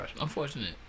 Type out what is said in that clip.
Unfortunate